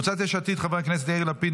קבוצת סיעת יש עתיד: חברי הכנסת יאיר לפיד,